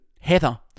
Heather